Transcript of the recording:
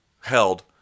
Held